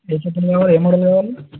ఏ చెప్పలు కావాల ఏ మోడల్ కావాలి